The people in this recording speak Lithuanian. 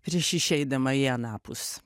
prieš išeidama į anapus